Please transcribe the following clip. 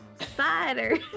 Spider